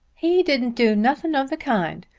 he didn't do nothing of the kind.